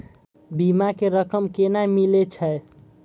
बीमा के रकम केना मिले छै?